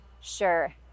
sure